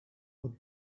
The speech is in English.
would